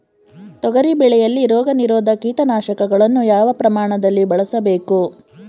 ತೊಗರಿ ಬೆಳೆಯಲ್ಲಿ ರೋಗನಿರೋಧ ಕೀಟನಾಶಕಗಳನ್ನು ಯಾವ ಪ್ರಮಾಣದಲ್ಲಿ ಬಳಸಬೇಕು?